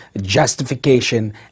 justification